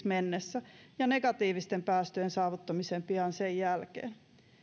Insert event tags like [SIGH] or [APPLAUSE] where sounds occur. [UNINTELLIGIBLE] mennessä ja negatiivisten päästöjen saavuttamiseen pian sen jälkeen